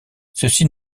ceci